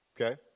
Okay